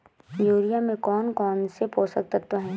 Urea में कौन कौन से पोषक तत्व है?